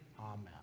Amen